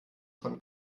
von